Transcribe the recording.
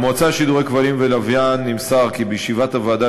מהמועצה לשידורי כבלים ולוויין נמסר כי בישיבת הוועדה